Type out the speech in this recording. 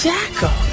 Jackal